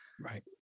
right